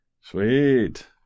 Sweet